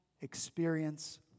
experience